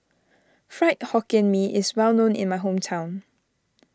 Fried Hokkien Nee is well known in my hometown